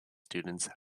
students